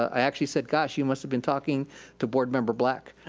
i actually said, gosh, you must have been talking to board member black.